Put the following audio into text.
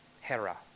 Hera